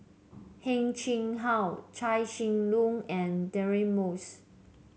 Heng Chee How Chia Shi Lu and Deirdre Moss